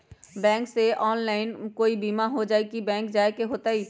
Bank से online कोई बिमा हो जाई कि बैंक जाए के होई त?